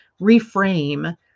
reframe